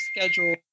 schedule